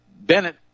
Bennett